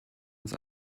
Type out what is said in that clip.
uns